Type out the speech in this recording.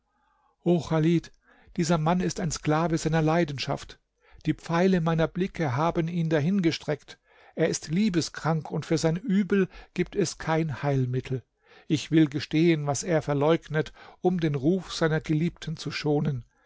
chalid dieser mann ist ein sklave seiner leidenschaft die pfeile meiner blicke haben ihn dahingestreckt er ist liebeskrank und für sein übel gibt es kein heilmittel ich will gestehen was er verleugnet um den ruf seiner geliebten zu schonen